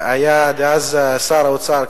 שהיה שר האוצר דאז,